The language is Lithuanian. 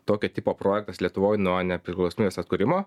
tokio tipo projektas lietuvoj nuo nepriklausomybės atkūrimo